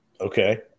Okay